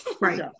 Right